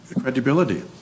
credibility